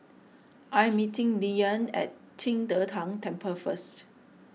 I'm meeting Lilyan at Qing De Tang Temple first